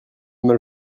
mal